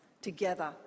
together